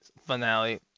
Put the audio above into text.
finale